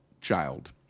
child